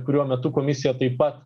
kurio metu komisija taip pat